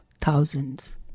thousands